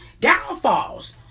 downfalls